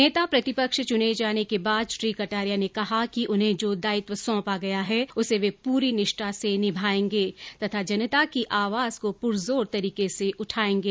नेता प्रतिपक्ष चुने जाने के बाद श्री कटारिया ने कहा कि उन्हें जो दायित्व सौंपा गया है उसे वे पूरी निष्ठा से निमायेंगे तथा जनता की आवाज को पूरजोर तरीके से उठायेंगे